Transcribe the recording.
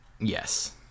Yes